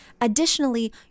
additionally